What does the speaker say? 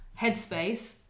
Headspace